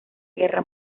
guerra